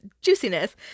juiciness